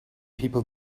people